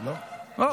לא.